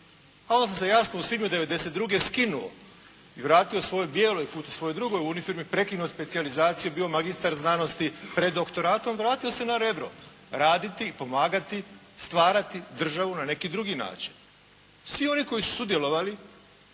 onda sam se jasno u svibnju 1992. skinuo i vratio svojoj bijeloj, svojoj drugoj uniformi, prekinuo specijalizaciju, bio magistar znanosti pred doktoratom, vratio se na Rebro raditi, pomagati, stvarati državu na neki drugi način. Svi oni koji su sudjelovali